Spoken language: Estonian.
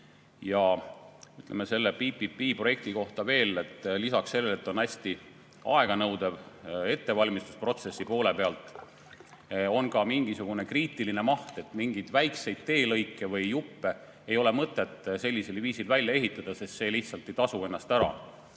rahastada. PPP‑projekti kohta veel, et lisaks sellele, et ta on hästi aeganõudev ettevalmistusprotsessi poole pealt, on seal ka mingisugune kriitiline maht. Mingeid väikseid teelõike või ‑juppe ei ole mõtet sellisel viisil välja ehitada, sest see lihtsalt ei tasu ennast ära.